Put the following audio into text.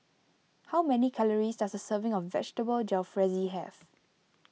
how many calories does a serving of Vegetable Jalfrezi have